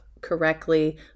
correctly